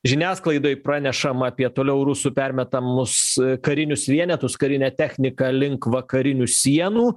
žiniasklaidoj pranešama apie toliau rusų permetamus karinius vienetus karinę techniką link vakarinių sienų